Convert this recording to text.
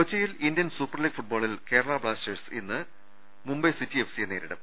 കൊച്ചിയിൽ Indian Super League ഫുട്ബോളിൽ Kerala Blasters ഇന്ന് മുംബൈ സിറ്റി എഫ്സിയെ നേരിടും